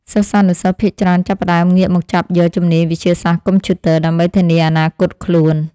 សិស្សានុសិស្សភាគច្រើនចាប់ផ្តើមងាកមកចាប់យកជំនាញវិទ្យាសាស្ត្រកុំព្យូទ័រ ដើម្បីធានាអនាគតខ្លួន។